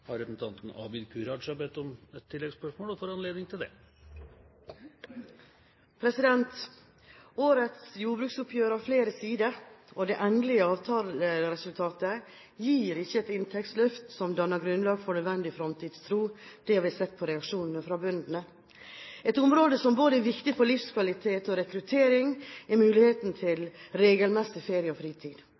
det. Årets jordbruksoppgjør har flere sider. Det endelige avtaleresultatet gir ikke et inntektsløft som danner grunnlag for nødvendig fremtidstro. Det har vi sett på reaksjonene fra bøndene. Et område som både er viktig for livskvalitet og rekruttering, er muligheten til regelmessig ferie og fritid.